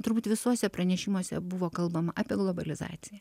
turbūt visuose pranešimuose buvo kalbama apie globalizaciją